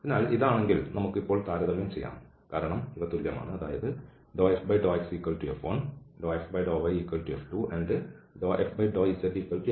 അതിനാൽ ഇതാണെങ്കിൽ നമുക്ക് ഇപ്പോൾ താരതമ്യം ചെയ്യാം കാരണം ഇത് തുല്യമാണ് അതായത് δfδxF1 δfδyF2 and δfδzF3